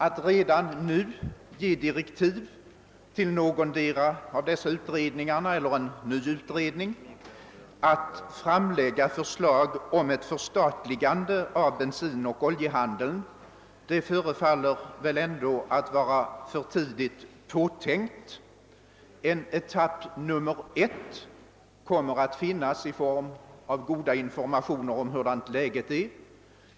Att redan nu ge ytterligare direktiv till någon av utredningarna eller att tillsätta en ny utredning, vars uppgift skulle vara att framlägga förslag om förstatligande av bensinoch oljehandeln, förefaller vara för tidigt påtänkt. Etapp 1 kommer att finnas i form av goda informationer om hurdant läget är.